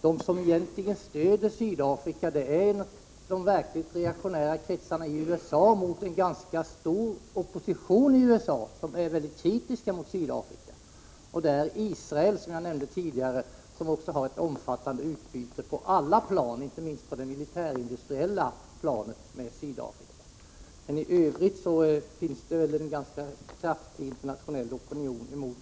De som egentligen stöder utvecklingen i Sydafrika, det är de verkligt reaktionära kretsarna i USA, men de gör det emot en ganska stor amerikansk opposition, som är mycket kritisk mot Sydafrika. Som jag nämnde tidigare har Sydafrika stöd också från Israel, som har ett omfattande utbyte med Sydafrika på alla plan, inte minst på det militärindustriella planet. Men i Övrigt är det en ganska kraftig internationell opinion emot